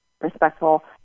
respectful